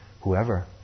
whoever